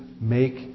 make